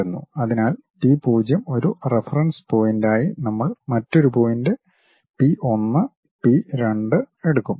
അതിനാൽ പി 0 ഒരു റഫറൻസ് പോയിന്റായി നമ്മൾ മറ്റൊരു പോയിന്റ് പി 1 പി 2 എടുക്കും